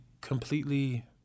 completely